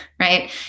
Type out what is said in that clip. right